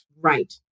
right